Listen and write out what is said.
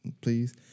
please